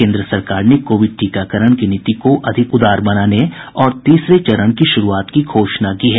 केन्द्र सरकार ने कोविड टीकाकरण की नीति को अधिक उदार बनाने और तीसरे चरण की श्रूआत की घोषणा की है